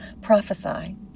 Prophesy